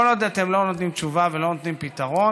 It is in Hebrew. וכל עוד אתם לא נותנים תשובה ולא נותנים פתרון,